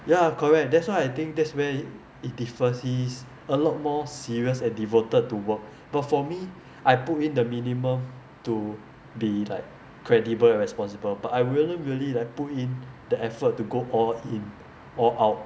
ya correct that's why I think that's where it differs he is a lot more serious and devoted to work but for me I put in the minimum to be like credible and responsible but I wouldn't really like put in the effort to go all in all out